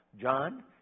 John